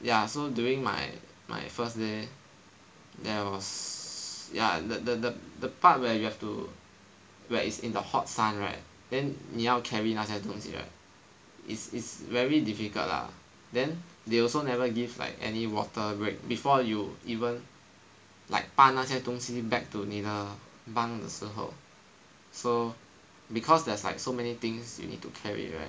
ya so during my my first day there was ya the the part where you have to where is in the hot sun right then 你要 carry 那些东西 it's is very difficult lah then they also never give like any water break before you even like 搬那些东西 back to 你的 bunk 的时候 so because there's like so many things you need to carry right